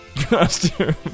costume